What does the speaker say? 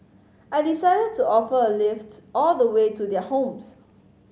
I decided to offer a lift all the way to their homes